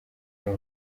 nabo